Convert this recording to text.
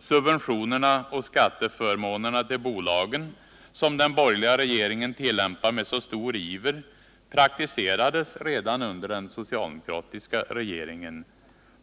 Subventionerna och skatteförmånerna, som den borgerliga regeringen med så stor iver ger bolagen, infördes redan under den socialdemokratiska regeringen.